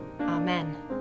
Amen